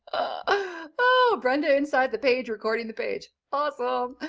oh, brenda, inside the page, recording the page. awesome!